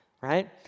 right